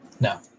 No